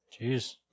Jeez